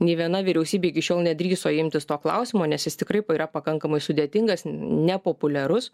nei viena vyriausybė iki šiol nedrįso imtis to klausimo nes jis tikrai yra pakankamai sudėtingas nepopuliarus